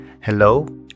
Hello